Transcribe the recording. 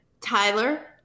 Tyler